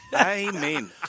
Amen